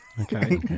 Okay